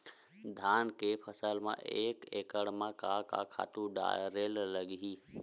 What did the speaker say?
धान के फसल म एक एकड़ म का का खातु डारेल लगही?